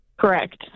Correct